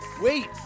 Wait